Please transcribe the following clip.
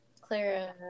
clara